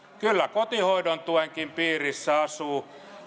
kyllä kotihoidon tuenkin piirissä asuu